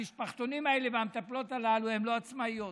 המשפחתונים האלה, המטפלות הללו הן לא עצמאיות.